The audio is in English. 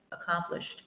accomplished